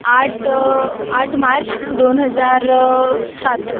आट आठ मार्च दोन हजार सात